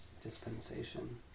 Dispensation